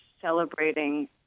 celebrating